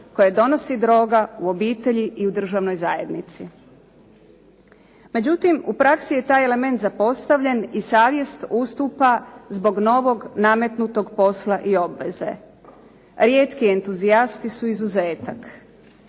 koje donosi droga u obitelji i u državnoj zajednici. Međutim, u praksi je taj element zapostavljen i savjest ustupa zbog novog nametnutog posla i obveze. Rijetki entuzijasti su izuzetak.